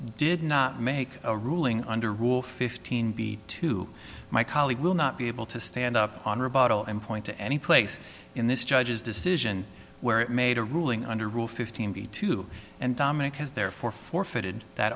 did not make a ruling under rule fifteen b to my colleague will not be able to stand up on rebuttal and point to any place in this judge's decision where it made a ruling under rule fifteen b two and dominic has therefore forfeited that